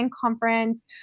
conference